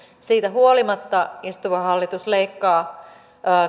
siitä huolimatta istuva hallitus leikkaa